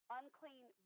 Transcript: unclean